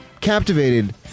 captivated